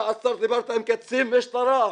דיברת עם קצין משטרה.